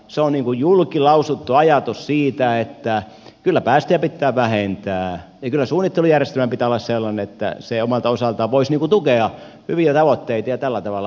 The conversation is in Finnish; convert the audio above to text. se on niin kuin julkilausuttu ajatus siitä että kyllä päästöjä pitää vähentää ja kyllä suunnittelujärjestelmän pitää olla sellainen että se omalta osaltaan voisi tukea hyviä tavoitteita ja tällä tavalla